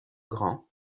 grands